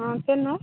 ହଁ ଚିନୁ